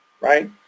right